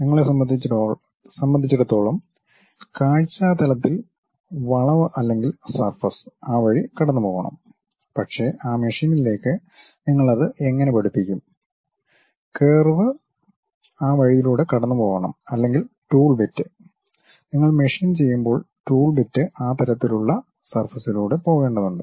നമ്മളെ സംബന്ധിച്ചിടത്തോളം കാഴ്ച്ച തലത്തിൽ വളവ് അല്ലെങ്കിൽ സർഫസ് ആ വഴികടന്നുപോകണം പക്ഷേ ആ മെഷീനിലേക്ക് നിങ്ങൾ അത് എങ്ങനെ പഠിപ്പിക്കും കർവ് ആ വഴിയിലൂടെ കടന്നുപോകണം അല്ലെങ്കിൽ ടൂൾ ബിറ്റ് നിങ്ങൾ മെഷീൻ ചെയ്യുമ്പോൾ ടൂൾ ബിറ്റ് ആ തരത്തിലുള്ള സർഫസിലൂടെ പോകേണ്ടതുണ്ട്